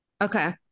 Okay